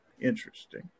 Interesting